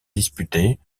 disputés